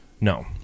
No